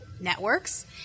networks